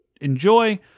enjoy